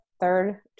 third